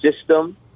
system